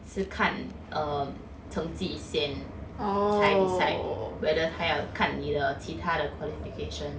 是看 err 成绩先才 decide whether 它要看你的其他的 qualification